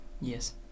Yes